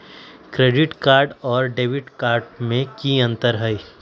Credit card और debit card में की अंतर हई?